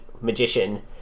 magician